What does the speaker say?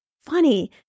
funny